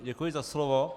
Děkuji za slovo.